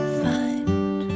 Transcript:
find